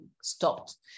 stopped